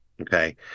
Okay